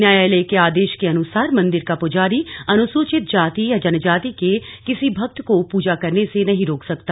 न्यायालय के आदेश के अनुसार मंदिर का पुजारी अनुसूचित जाति या जनजाति के किसी भक्त को पुजा करने से नही रोक सकता